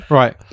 right